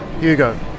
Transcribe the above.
Hugo